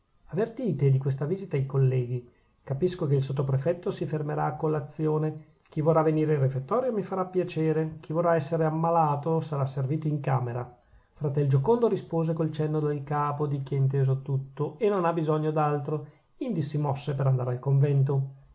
avvertite di questa visita i colleghi capisco che il sottoprefetto si fermerà a colazione chi vorrà venire in refettorio mi farà piacere chi vorrà essere ammalato sarà servito in camera fratel giocondo rispose col cenno del capo di chi ha inteso tutto e non ha bisogno d'altro indi si mosse per andare al convento